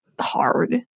hard